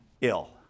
ill